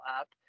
app